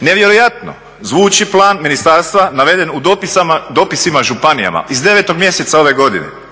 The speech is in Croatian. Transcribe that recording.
Nevjerojatno zvuči plan ministarstva naveden u dopisima županijama iz 9. mjeseca ove godine